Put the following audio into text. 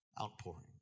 outpouring